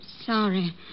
sorry